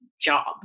job